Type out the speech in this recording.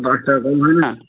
দশ টাকা কম হয় না